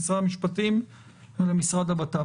משרד המשפטים ולמשרד הבט"פ.